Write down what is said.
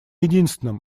единственным